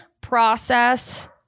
process